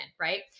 right